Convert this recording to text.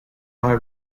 via